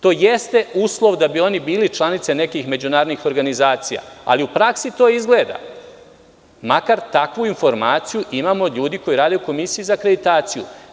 To jeste uslov da bi oni bili članice nekih međunarodnih organizacija, ali u praksi to izgleda, makar takvu informaciju imam od ljudi koji rade u Komisiji za akreditaciju.